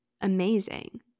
amazing